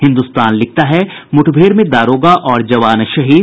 हिन्दुस्तान लिखता है मुठभेड़ में दारोगा और जवान शहीद